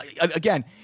again